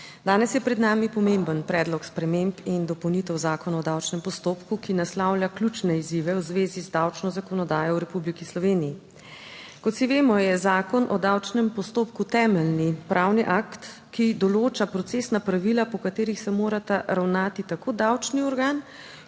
Danes je pred nami pomemben predlog sprememb in dopolnitev Zakona o davčnem postopku, ki naslavlja ključne izzive v zvezi z davčno zakonodajo v Republiki Sloveniji. Kot vsi vemo, je Zakon o davčnem postopku temeljni pravni akt, ki določa procesna pravila, po katerih se morata ravnati tako davčni organ